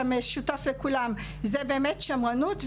שהמשותף לכולן זה שמרנות.